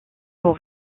pour